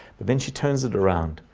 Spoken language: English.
but then she turns it around.